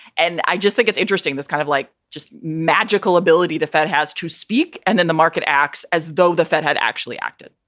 and i just think it's interesting. that's kind of like just magical ability the fed has to speak and then the market acts as though the fed had actually acted,